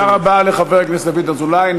תודה רבה לחבר הכנסת דוד אזולאי.